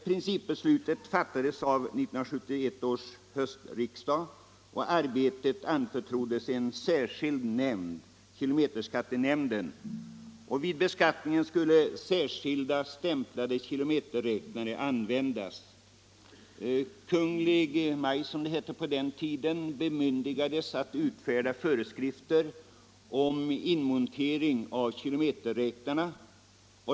Principbeslutet fattades av 1971 års höstriksdag, och arbetet anförtroddes en särskild nämnd, kilometerskattenämnden. Vid beskattningen skulle särskilda kilometerräknare användas. Kungl. Maj:t, som det hette på den tiden, bemyndigades att utfärda föreskrifter om inmontering av kilometerräknarna.